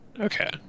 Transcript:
Okay